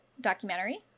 documentary